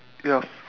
yes